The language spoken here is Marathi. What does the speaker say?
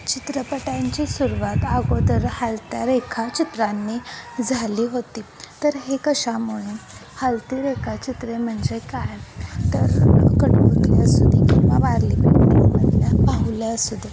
चित्रपटांची सुरवात अगोदर हलत्या रेखाचित्रांनी झाली होती तर हे कशामुळे हलती रेखाचित्रे म्हणजे काय तर कठपुतळी असू दे किंवा वारली पेंटिंगमधल्या बाहुल्या असू दे